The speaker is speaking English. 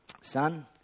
son